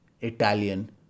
Italian